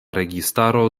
registaro